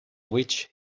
which